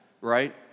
Right